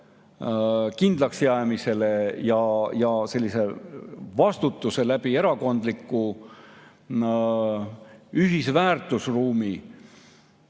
kindlaksjäämise ning sellise vastutuse erakondliku ühise väärtusruumi